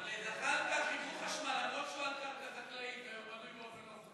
לזחאלקה חיברו חשמל אף-על-פי שהוא על קרקע חקלאית ובנוי באופן לא חוקי.